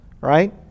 Right